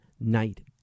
night